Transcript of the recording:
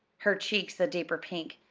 her cheeks a deeper pink.